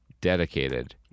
dedicated